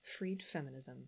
freedfeminism